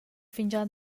fingià